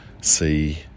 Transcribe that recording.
see